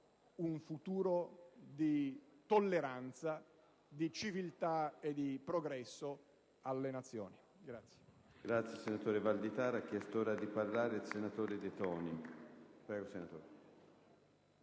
un futuro di tolleranza, di civiltà e di progresso alle Nazioni.